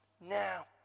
now